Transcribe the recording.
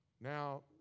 Now